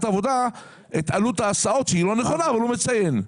עבודה אבל את עלות ההסעות שהיא הנכונה הוא לא מציין.